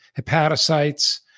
hepatocytes